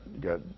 got